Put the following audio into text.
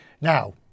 Now